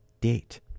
date